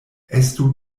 estu